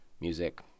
music